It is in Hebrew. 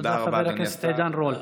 תודה לחבר הכנסת עידן רול.